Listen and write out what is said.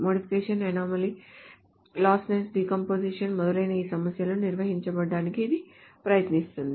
modification anomaly lossless decomposition మొదలైన ఈ సమస్యలను నిర్వహించడానికి ఇది ప్రయత్నిస్తుంది